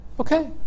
Okay